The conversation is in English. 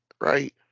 right